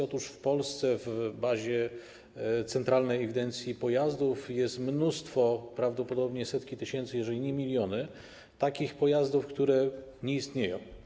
Otóż w Polsce w bazie centralnej ewidencji pojazdów jest mnóstwo - prawdopodobnie setki tysięcy, jeżeli nie miliony - takich pojazdów, które nie istnieją.